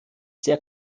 sehr